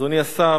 אדוני השר,